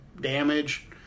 damage